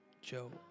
Joe